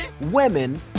Women